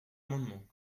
amendement